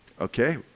okay